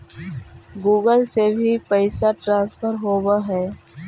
Google से भी पैसा ट्रांसफर होवहै?